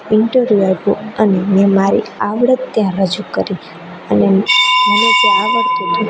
interview આપ્યું અને મેં મારી આવડત ત્યાં રજૂ કરી અને મને તે આવડતું હતું